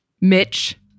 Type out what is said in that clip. Mitch